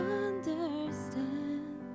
understand